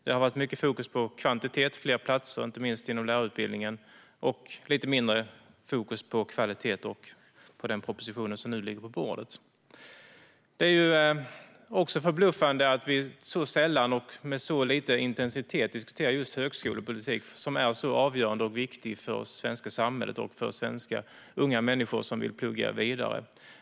Det har varit mycket fokus på kvantitet och fler platser, inte minst inom lärarutbildningen, och mindre fokus på kvalitet och på den proposition som nu ligger på bordet. Det är förbluffande att vi så sällan och med så lite intensitet diskuterar just högskolepolitik, som är så avgörande och viktig för vårt samhälle och för unga människor som vill plugga vidare.